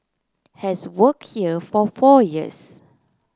has worked here for four years